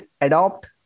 adopt